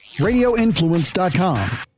radioinfluence.com